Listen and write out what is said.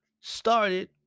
started